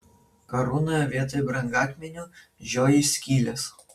karūnoje vietoj brangakmenių žioji skylės